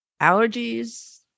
allergies